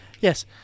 yes